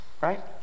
Right